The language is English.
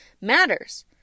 matters